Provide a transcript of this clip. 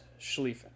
schlieffen